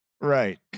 Right